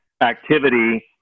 activity